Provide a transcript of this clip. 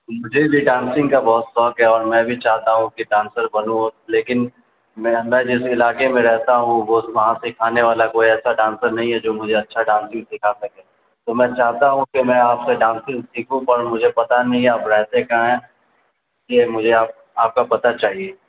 مجھے بھی ڈانسنگ کا بہت شوق ہے اور میں بھی چاہتا ہوں کہ ڈانسر بنوں لیکن میں اندر جس علاقے میں رہتا ہوں وہ سے وہاں سکھانے والا کوئی ایسا ڈانسر نہیں ہے جو مجھے اچھا ڈانسنگ سکھا سکے تو میں چاہتا ہوں کہ میں آپ سے ڈانسنگ سیکھوں پر مجھے پتا نہیں ہے آپ رہتے کہاں ہیں اس لیے مجھے آپ آپ کا پتہ چاہیے